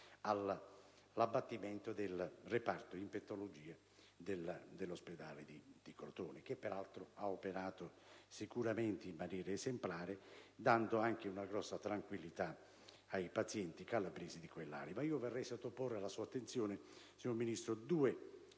all'abbattimento del reparto di infettivologia dell'ospedale di Crotone che, per altro, ha operato sicuramente in maniera esemplare, dando una grossa tranquillità ai pazienti calabresi di quell'area. Vorrei sottoporre alla sua attenzione, signor Ministro, due contesti: